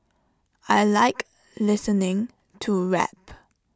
I Like listening to rap